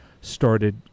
started